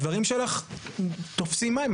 הדברים שלך היו תופסים מים,